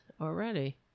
already